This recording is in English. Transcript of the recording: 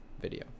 video